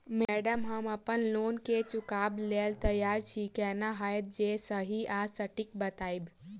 Madam हम अप्पन loan केँ चुकाबऽ लैल तैयार छी केना हएत जे सही आ सटिक बताइब?